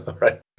right